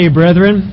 brethren